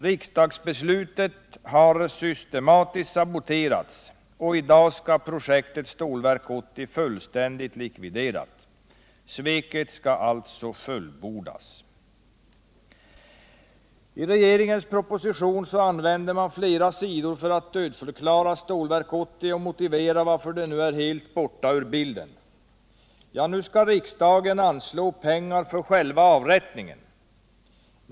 Riksdagsbesluten har systematiskt saboterats, och i dag skall projektet Stålverk 80 fullständigt likvideras. Sveket skall alltså fullbordas! I regeringens proposition använder man flera sidor för att dödförklara Stålverk 80 och motivera varför det nu är helt borta ur bilden. Ja, nu skall riksdagen anslå pengar för själva avrättningen.